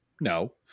no